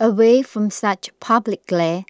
away from such public glare